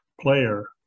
player